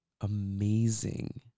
amazing